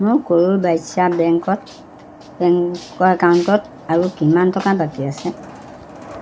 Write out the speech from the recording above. মোৰ কৰুৰ ব্যাসা বেংকত বেংকৰ একাউণ্টত আৰু কিমান টকা বাকী আছে